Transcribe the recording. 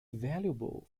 valuable